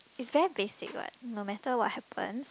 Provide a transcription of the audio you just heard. it's very basic what no matter what happens